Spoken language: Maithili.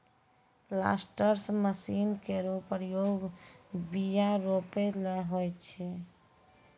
प्लांटर्स मसीन केरो प्रयोग बीया रोपै ल होय छै